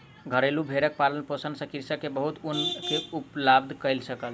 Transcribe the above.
घरेलु भेड़क पालन पोषण सॅ कृषक के बहुत ऊन के उत्पादन कय सकल